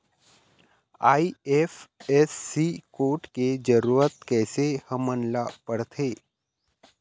IFSC code के जरूरत कैसे हमन ला पड़थे?